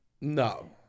No